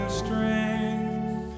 strength